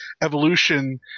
evolution